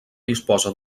disposa